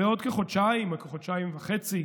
בעוד כחודשיים או כחודשיים וחצי,